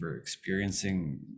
experiencing